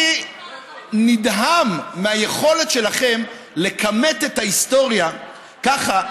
אני נדהם מהיכולת שלכם לקמט את ההיסטוריה ככה,